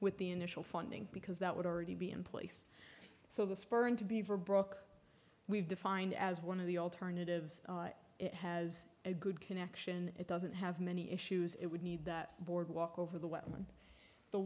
with the initial funding because that would already be in place so the spring to beaver brook we've defined as one of the alternatives it has a good connection it doesn't have many issues it would need that boardwalk over the